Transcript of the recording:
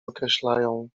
określają